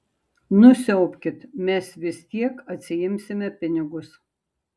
nusiaubkit mes vis tiek atsiimsime pinigus